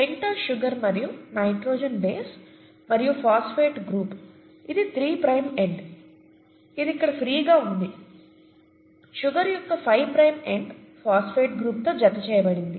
pentose sugar మరియు nitrogen base మరియు phosphate group ఇది త్రీ ప్రైమ్ ఎండ్ ఇది ఇక్కడ ఫ్రీ గా ఉంది షుగర్ యొక్క five prime end phosphate group తో జతచేయబడుతుంది